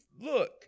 look